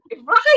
Right